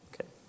Okay